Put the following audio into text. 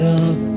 up